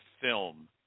film